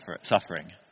suffering